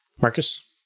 Marcus